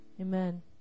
amen